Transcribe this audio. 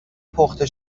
پخته